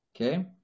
okay